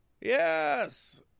Yes